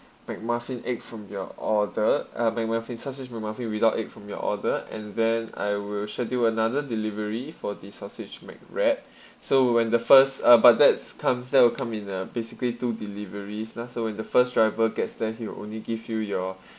mac muffin egg from your order uh mac muffin sausage mc muffin without egg from your order and then I will schedule another delivery for the sausage mac wrap so when the first uh but that's comes that will come in uh basically two deliveries lah when the first driver gets there he will only give you your